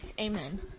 Amen